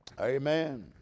Amen